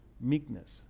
Meekness